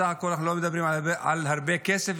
בסך הכול אנחנו לא מדברים על הרבה כסף,